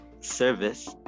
service